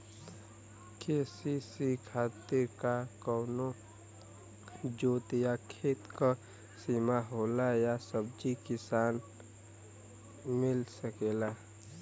KCC खातिर C कवनो जोत या खेत क सिमा होला या सबही किसान के मिल सकेला?